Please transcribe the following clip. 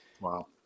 Wow